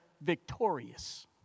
victorious